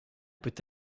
peut